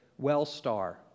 Wellstar